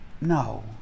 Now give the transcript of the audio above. no